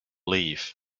leave